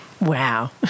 Wow